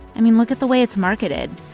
i mean, look at the way it's marketed.